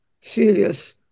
serious